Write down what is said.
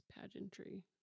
pageantry